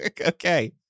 Okay